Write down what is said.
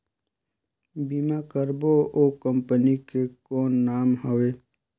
बीमा करबो ओ कंपनी के कौन नाम हवे?